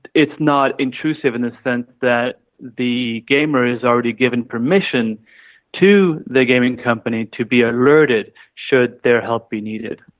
it's not intrusive in the sense that the gamer has already given permission to the gaming company to be alerted should their help be needed.